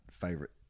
favorite